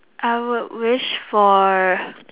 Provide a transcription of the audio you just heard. I I would wish for